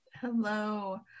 Hello